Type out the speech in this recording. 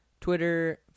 Twitter